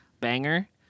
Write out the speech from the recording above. Banger